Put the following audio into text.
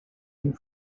une